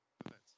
events